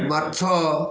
ମାଛ